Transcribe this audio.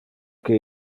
que